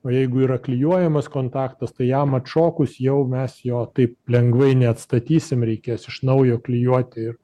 o jeigu yra klijuojamas kontaktas tai jam atšokus jau mes jo taip lengvai neatstatysim reikės iš naujo klijuoti ir